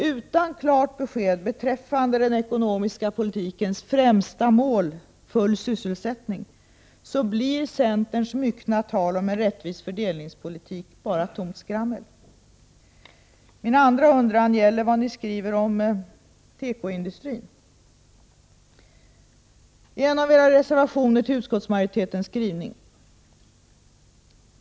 Utan klart besked beträffande den ekonomiska politikens främsta mål, full sysselsättning, blir centerns myckna tal om en rättvis fördelningspolitik bara tomt skrammel. Min andra undran gäller det ni skriver om tekoindustrin i en av era reservationer med anledning av utskottsmajoritetens yttrande.